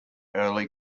early